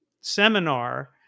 seminar